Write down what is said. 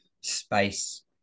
space